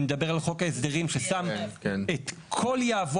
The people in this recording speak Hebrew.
אני מדבר על חוק ההסדרים ששם את כל יהבו